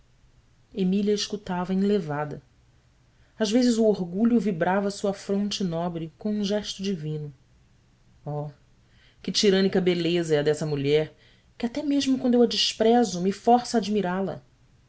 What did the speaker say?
emília escutava enlevada às vezes o orgulho vibrava sua fronte nobre com um gesto divino oh que tirânica beleza é a dessa mulher que até mesmo quando eu a desprezo me força a admirá la